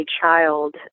child